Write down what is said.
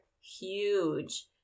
huge